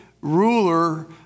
Ruler